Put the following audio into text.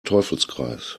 teufelskreis